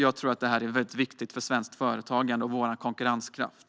Jag tror att det är väldigt viktigt för svenskt företagande och vår konkurrenskraft.